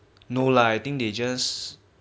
no lah I think they just